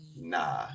Nah